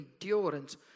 endurance